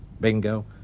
bingo